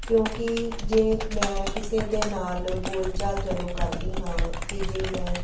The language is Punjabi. ਕਿਉਂਕਿ ਜੇ ਮੈਂ ਕਿਸੇ ਦੇ ਨਾਲ ਬੋਲਚਾਲ ਜਦੋਂ ਕਰਦੀ ਹਾਂ ਅਤੇ ਜੇ ਮੈਂ